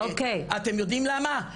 אתם יודעים למה?